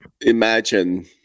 imagine